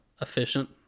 Efficient